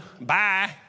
Bye